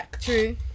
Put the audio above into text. True